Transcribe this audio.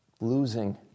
losing